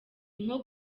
nko